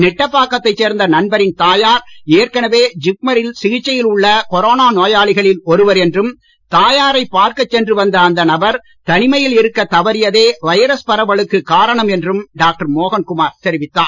நெட்டப்பாக்கத்தைச் சேர்ந்த நண்பரின் தாயார் ஏற்கனவே ஜிப்மரில் சிகிச்சையில் உள்ள கொரோனா நோயாளிகளில் ஒருவர் என்றும் தாயாரைப் பார்க்க சென்று வந்த அந்த நபர் தனிமையில் இருக்க தவறியதே வைரஸ் பரவலுக்கு காரணம் என்றும் டாக்டர் மோகன் குமார் தெரிவித்தார்